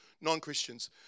non-Christians